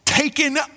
taken